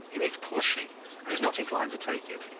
he needs polishing and is not inclined to take it.